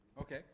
Okay